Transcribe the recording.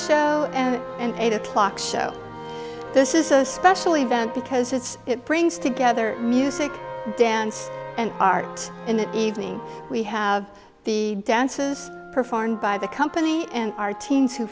show and and eight o'clock show this is a special event because it brings together music dance and art in the evening we have the dances performed by the company and our te